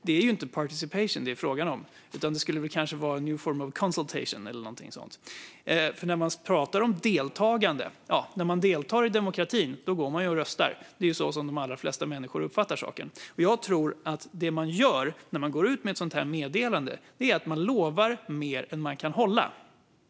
Det är inte participation det är frågan om. Det skulle kanske vara a new form of consultation, eller någonting sådant. När man pratar om deltagande är det så att när man deltar i demokratin går man och röstar. Det är så de allra flesta människor uppfattar saken. Och jag tror att det man gör när man går ut med ett sådant här meddelande är att man lovar mer än man kan hålla.